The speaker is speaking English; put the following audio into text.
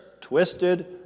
twisted